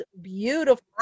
beautiful